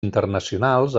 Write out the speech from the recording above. internacionals